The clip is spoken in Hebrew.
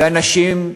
ואנשים,